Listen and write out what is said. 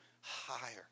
higher